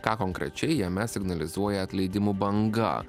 ką konkrečiai jame signalizuoja atleidimų banga